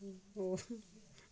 होर